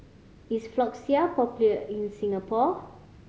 is Floxia popular in Singapore